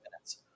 minutes